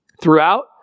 throughout